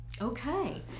Okay